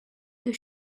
the